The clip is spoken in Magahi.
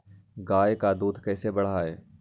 गाय का दूध कैसे बढ़ाये?